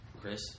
Chris